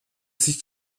sich